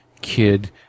kid